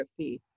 RFP